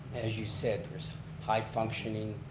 as you said, there's high functioning,